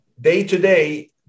day-to-day